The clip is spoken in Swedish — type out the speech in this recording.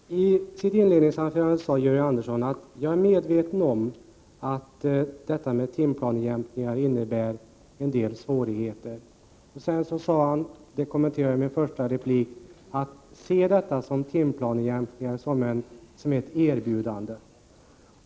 Herr talman! I sitt inledningsanförande sade Georg Andersson att han är medveten om att timplanejämkningar innebär en del svårigheter. Sedan sade han — vilket jag kommenterade i min första replik — att man skulle se timplanejämkningarna som ett erbjudande.